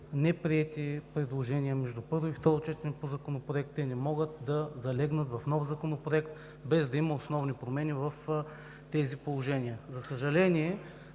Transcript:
неприети предложения между първо и второ четене по законопроект, те не могат да залегнат в нов законопроект, без да има основни промени в тези положения. За съжаление,